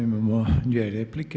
Imamo dvije replike.